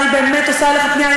אני באמת פונה אליך,